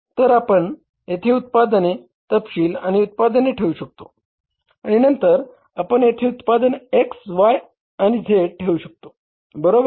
तर आपण येथे उत्पादने तपशील आणि उत्पादने ठेवू शकतो आणि नंतर आपण येथे उत्पादन X Y आणि Z ठेवू शकतो बरोबर